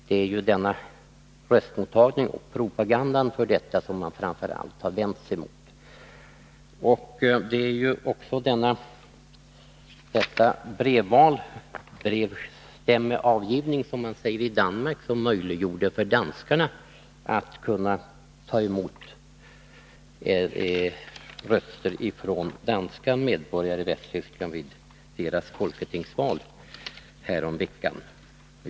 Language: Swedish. Det är framför allt propagandan för röstmottagningen som man har vänt sig mot. Det var systemet med ”Briefwahl”, ”brevstemmeafgivning” som man säger i Danmark, som möjliggjorde för danskarna att från danska medborgare i Västtyskland ta emot röster till folketingsvalet häromdagen.